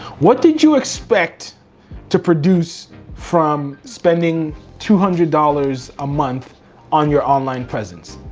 what did you expect to produce from spending two hundred dollars a month on your online presence?